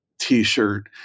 T-shirt